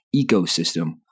ecosystem